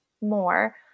more